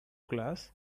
class